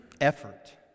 effort